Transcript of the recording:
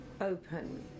open